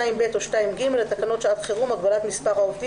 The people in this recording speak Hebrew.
2ב או 2ג לתקנות שעת חירום (הגבלת מספר העובדים